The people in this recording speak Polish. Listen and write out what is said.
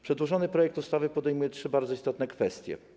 Przedłożony projekt ustawy podejmuje trzy bardzo istotne kwestie.